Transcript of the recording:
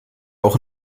auch